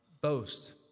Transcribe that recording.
boast